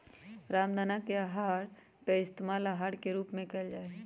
रामदाना के पइस्तेमाल आहार के रूप में कइल जाहई